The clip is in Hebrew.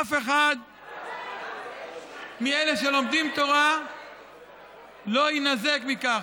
אף אחד מאלה שלומדים תורה לא יינזק מכך.